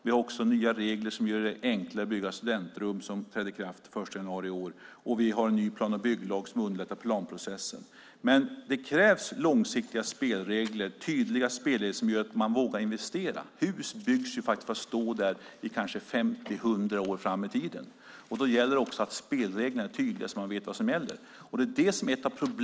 Vi har också fått nya regler som gör det enklare att bygga studentrum. Vi har dessutom en ny plan och bygglag som underlättar planprocessen. Det krävs långsiktiga och tydliga spelregler som gör att man vågar investera. Hus byggs för att stå i kanske 50-100 år. Då gäller det att spelreglerna är tydliga så att man vet vad som gäller.